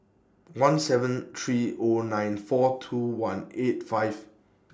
one seven three O nine four two one eight five